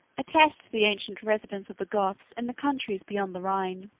attest the ancient residence of the goths in the countries beyond the rhine.